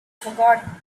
forgot